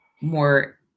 more